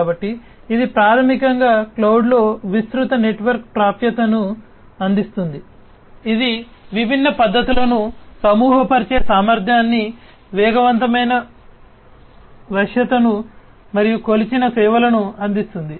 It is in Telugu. కాబట్టి ఇది ప్రాథమికంగా క్లౌడ్లో విస్తృత నెట్వర్క్ ప్రాప్యతను అందిస్తుంది ఇది విభిన్న పద్ధతులను సమూహపరిచే సామర్థ్యాన్ని వేగవంతమైన వశ్యతను మరియు కొలిచిన సేవలను అందిస్తుంది